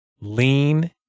lean